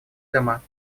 дома